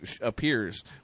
appears